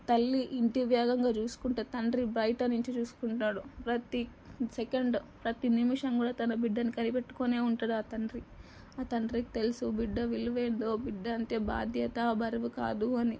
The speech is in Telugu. తల్లి ఇంటి వేగంగా చూసుకుంటుంది తండ్రి బయట నుండి చూసుకుంటాడు ప్రతీ సెకండ్ ప్రతీ నిమిషం కూడా తన బిడ్డని కనిపెట్టుకొనే ఉంటాడు ఆ తండ్రి ఆ తండ్రికి తెలుసు బిడ్డ విలువేందో బిడ్డ అంటే బాధ్యత బరువు కాదు అని